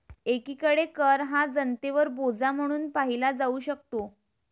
एकीकडे कर हा जनतेवर बोजा म्हणून पाहिला जाऊ शकतो